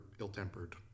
ill-tempered